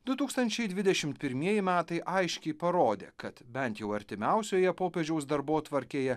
du tūkstančiai dvidešim pirmieji metai aiškiai parodė kad bent jau artimiausioje popiežiaus darbotvarkėje